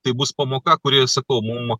tai bus pamoka kuri sakau mum